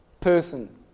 person